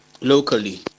locally